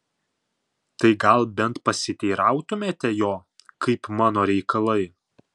tai gal bent pasiteirautumėte jo kaip mano reikalai